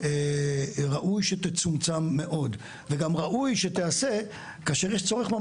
ראוי שתצומצם מאוד וגם ראוי שתעשה רק כאשר יש צורך.